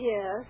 Yes